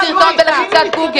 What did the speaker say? זה סרטון בלחיצת גוגל.